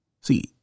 See